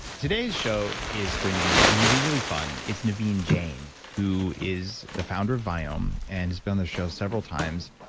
today's show is going to be really, really fun. it's naveen jain, who is the founder of viome and has been on the show several times.